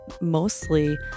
mostly